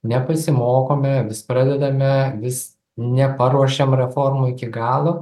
nepasimokome vis pradedame vis neparuošiam reformų iki galo